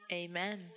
amen